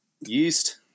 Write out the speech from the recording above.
Yeast